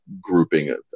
grouping